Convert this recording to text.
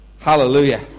Hallelujah